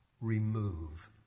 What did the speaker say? remove